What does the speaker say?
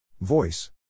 Voice